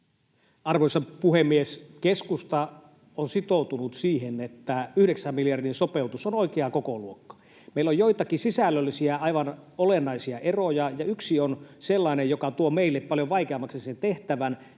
Arvoisa puhemies! Keskusta on sitoutunut siihen, että yhdeksän miljardin sopeutus on oikea kokoluokka. Meillä on joitakin aivan olennaisia sisällöllisiä eroja, ja yksi on sellainen, joka tuo meille paljon vaikeammaksi sen tehtävän,